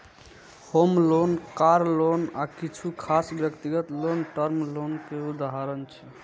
होम loan, car loan आ किछु खास व्यक्तिगत लोन टर्म लोन के उदाहरण छियै